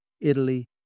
Italy